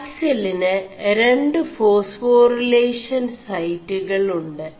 പാക ിലിന് രു േഫാസ്േഫാറിേലഷൻ ൈസgകളg്